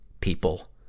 people